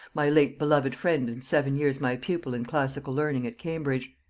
my late beloved friend and seven years my pupil in classical learning at cambridge.